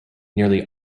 nearly